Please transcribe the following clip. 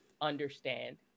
understand